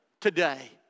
today